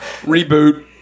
Reboot